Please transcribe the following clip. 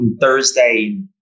Thursday